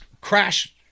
crash